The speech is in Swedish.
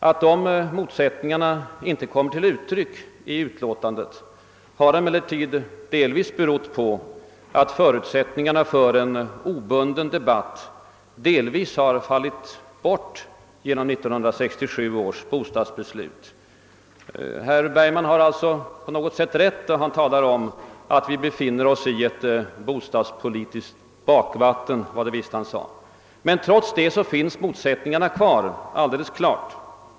Att dessa motsättningar inte kommit till uttryck i utlåtandet har emellertid delvis berott på att förutsättningarna för en obunden debatt har fallit bort genom 1967 års bostadsbeslut. Herr Bergman har alltså på något sätt rätt när han talar om att vi befinner oss i »ett bostadspolitiskt bakvatten». Men trots detta finns motsättningarna kvar.